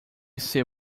ser